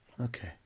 Okay